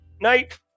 Night